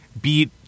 beat